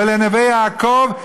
ולנווה יעקב,